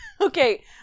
Okay